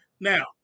Now